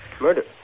Murder